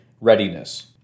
readiness